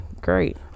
great